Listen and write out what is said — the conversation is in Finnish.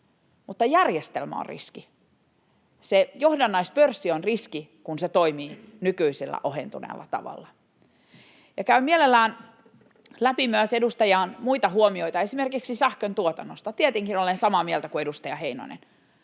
mutta järjestelmä on riski, se johdannaispörssi on riski, kun se toimii nykyisellä ohentuneella tavalla. Käyn mielelläni läpi myös edustajien muita huomioita esimerkiksi sähköntuotannosta. Tietenkin olen samaa mieltä kuin edustaja Heinonen.